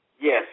Yes